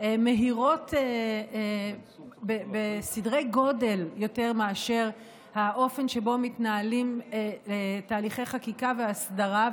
מהירות בסדרי גודל יותר מהאופן שבו מתנהלים תהליכי חקיקה ואסדרה,